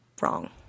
Wrong